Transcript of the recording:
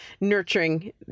nurturing